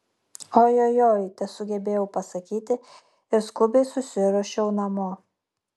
ojojoi tesugebėjau pasakyti ir skubiai susiruošiau namo